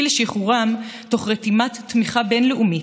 לשחרורם תוך רתימת תמיכה בין-לאומית,